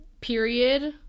period